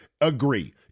agree